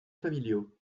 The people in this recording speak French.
familiaux